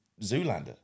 Zoolander